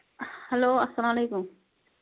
hello اَسلام علیکُم